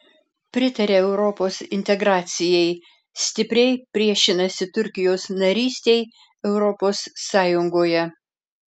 pritaria europos integracijai stipriai priešinasi turkijos narystei europos sąjungoje